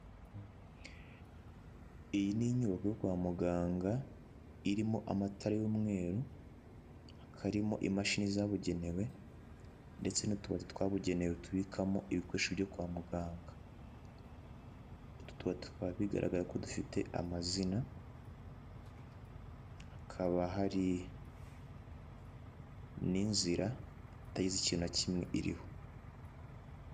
Iyi n'inyubako yo kwa muganga irimo amatara y'umweru hakaba harimo imashini zabugenewe ndetse n'utubati twabugenewe tubikwamo ibikoresho byo kwa muganga bigaraga ko dufite amazina hakaba hari n'inzira itagize ikintu na kimwe iriho.